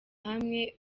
hamwe